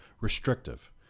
restrictive